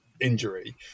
injury